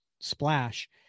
splash